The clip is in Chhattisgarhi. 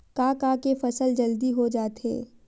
का का के फसल जल्दी हो जाथे?